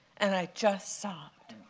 and i just sobbed.